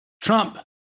Trump